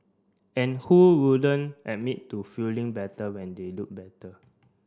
and who wouldn't admit to feeling better when they look better